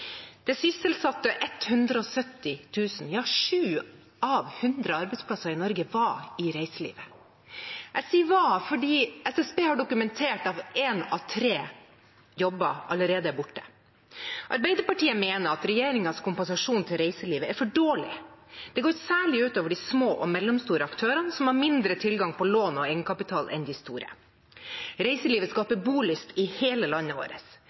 Det sysselsatte 170 000 – ja 7 av 100 arbeidsplasser i Norge var i reiselivet. Jeg sier var, fordi SSB har dokumentert at en av tre jobber allerede er borte. Arbeiderpartiet mener at regjeringens kompensasjon til reiselivet er for dårlig. Det går særlig ut over de små og mellomstore aktørene, som har mindre tilgang på lån og egenkapital enn de store. Reiselivet skaper bolyst i hele landet vårt